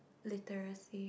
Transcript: literacy